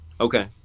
Okay